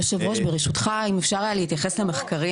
היושב ראש, ברשותך, אם אפשר היה להתייחס למחקרים?